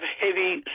heavy